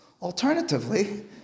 Alternatively